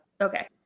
Okay